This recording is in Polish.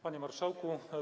Panie Marszałku!